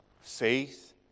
faith